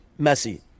Messi